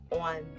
on